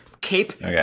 Cape